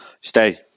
Stay